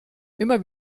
immer